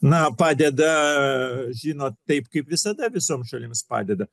na padeda žinot taip kaip visada visom šalims padeda